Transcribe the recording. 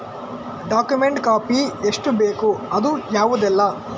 Document copy ಎಷ್ಟು ಬೇಕು ಅದು ಯಾವುದೆಲ್ಲ?